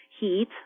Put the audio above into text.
heat